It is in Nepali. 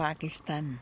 पाकिस्तान